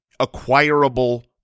acquirable